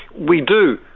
we do,